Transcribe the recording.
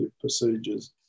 procedures